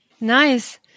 nice